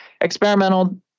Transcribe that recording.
experimental